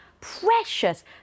precious